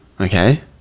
Okay